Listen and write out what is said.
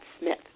Smith